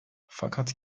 fakat